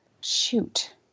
shoot